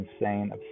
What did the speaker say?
insane